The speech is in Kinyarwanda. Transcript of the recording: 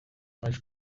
baje